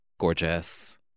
Gorgeous